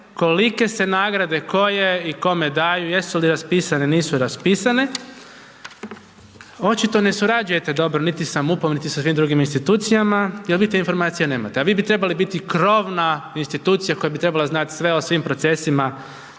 koliko se nagrade koje i kome daju, jesu li raspisane, nisu raspisane. Očito ne surađujete dobro niti sa MUP-om niti sa svim drugim institucijama jer vi ste informacije nemate, a vi bi trebali biti krovna institucija koja bi trebala znati sve o svim procesima,